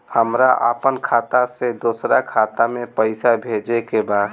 हमरा आपन खाता से दोसरा खाता में पइसा भेजे के बा